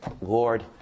Lord